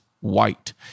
white